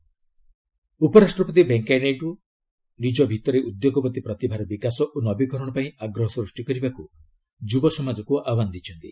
VP ଉପରାଷ୍ଟ୍ରପତି ଭେଙ୍କିୟା ନାଇଡୁ ନିଜ ଭିତରେ ଉଦ୍ୟୋଗପତି ପ୍ରତିଭାର ବିକାଶ ଓ ନବୀକରଣ ପାଇଁ ଆଗ୍ରହ ସୃଷ୍ଟି କରିବାକୁ ଯୁବସମାଜକୁ ଆହ୍ବାନ ଦେଇଛନ୍ତି